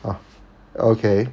orh okay